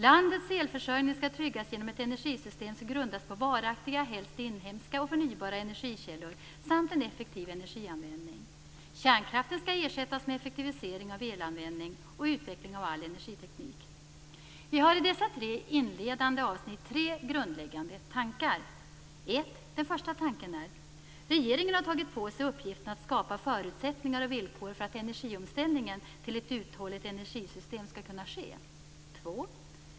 "Landets elförsörjning skall tryggas genom ett energisystem som grundas på varaktiga, helst inhemska och förnybara energikällor samt en effektiv energianvändning." "Kärnkraften skall ersättas med effektivisering av elanvändning och utveckling av all energiteknik." Vi har i dessa tre inledande avsnitt tre grundläggande tankar: Den första tanken är: Regeringen har tagit på sig uppgiften att skapa förutsättningar och villkor för att energiomställningen till ett uthålligt energisystem skall kunna ske.